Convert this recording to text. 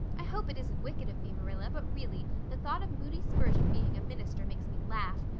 i hope it isn't wicked of me, marilla, but really the thought of moody spurgeon being a minister makes me laugh.